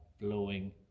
blowing